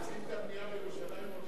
עוצרים את הבנייה בירושלים,